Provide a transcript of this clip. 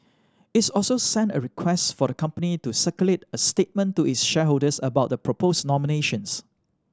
its also sent a request for the company to circulate a statement to its shareholders about the proposed nominations